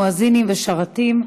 מואזינים ושרתים,